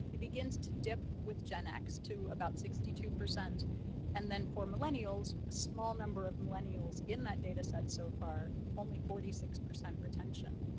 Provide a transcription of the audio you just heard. it begins to dip with gen x to about sixty two. and then for millennials, a small number of millennials in that data set so far, only forty six percent retention.